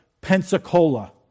Pensacola